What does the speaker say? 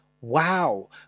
Wow